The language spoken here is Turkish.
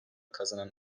kazanan